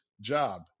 job